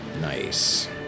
Nice